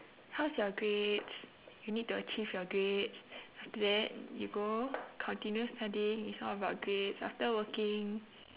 how's your grades you need to achieve your grades after that you go continue studying it's all about grades after working